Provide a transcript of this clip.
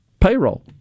payroll